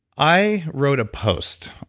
i wrote a post,